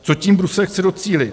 Co tím Brusel chce docílit.